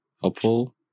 helpful